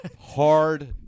hard